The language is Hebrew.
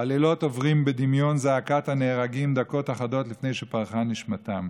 הלילות עוברים בדמיון זעקת הנהרגים דקות אחדות לפני שפרחה נשמתם.